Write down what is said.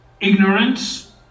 ignorance